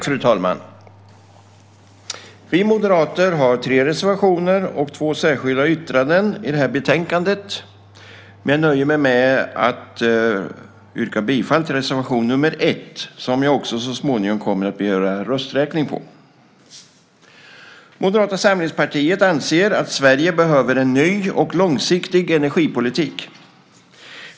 Fru talman! Vi moderater har tre reservationer och två särskilda yttranden i betänkandet. Men jag nöjer mig med att yrka bifall till reservation nr 1 som jag också så småningom kommer att begära rösträkning på. Moderata samlingspartiet anser att Sverige behöver en ny och långsiktig energipolitik.